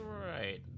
right